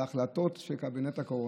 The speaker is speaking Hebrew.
על החלטות של קבינט הקורונה.